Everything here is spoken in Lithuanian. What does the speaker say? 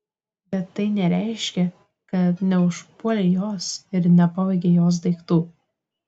bet tai nereiškia kad neužpuolei jos ir nepavogei jos daiktų